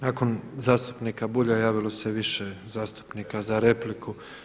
Nakon zastupnika Bulja javilo se više zastupnika za repliku.